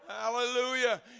hallelujah